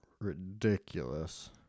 ridiculous